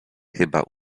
chyba